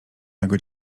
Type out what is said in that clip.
nego